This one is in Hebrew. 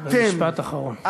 אבל משפט אחרון.